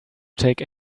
take